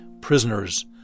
prisoners